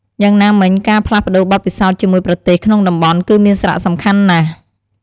យ៉ាងណាមិញការផ្លាស់ប្ដូរបទពិសោធន៍ជាមួយប្រទេសក្នុងតំបន់គឺមានសារៈសំខាន់ណាស់។